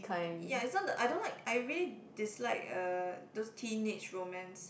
ya it's not the I don't like I really dislike uh those teenage romance